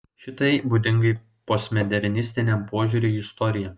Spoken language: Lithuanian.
šitai būdinga postmodernistiniam požiūriui į istoriją